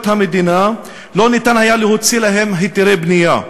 המדינה לא ניתן היה להוציא להם היתרי בנייה.